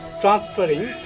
transferring